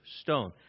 stone